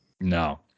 No